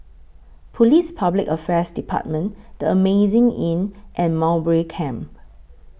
Police Public Affairs department The Amazing Inn and Mowbray Camp